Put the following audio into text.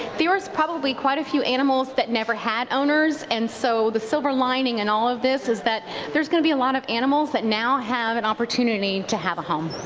there's probably quite a few animals that never had owners and so the silver lining in all of this is that there's going to be a lot of animals that now have an opportunity to have a home.